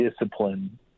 discipline